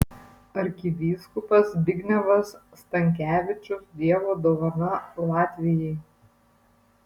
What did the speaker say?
arkivyskupas zbignevas stankevičius dievo dovana latvijai